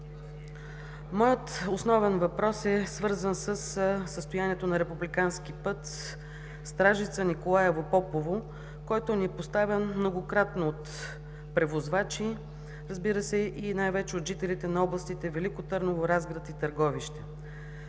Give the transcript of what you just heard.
Моят основен въпрос е свързан със състоянието на републикански път Стражица – Николаево – Попово, който ни е поставян многократно от превозвачи, разбира се, и най-вече от жителите на областите Велико Търново, Разград и Търговище.